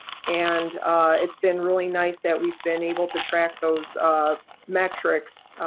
and it's been really nice that we've been able to track those metrics